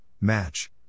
match